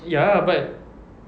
ya but